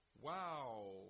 wow